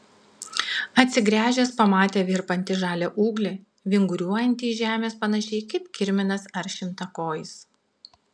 atsigręžęs pamatė virpantį žalią ūglį vinguriuojantį iš žemės panašiai kaip kirminas ar šimtakojis